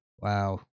wow